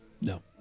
No